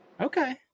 Okay